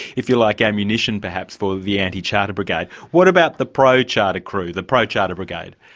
if you like, ammunition perhaps for the anti-charter brigade what about the pro-charter crew, the pro-charter brigade?